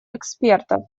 экспертов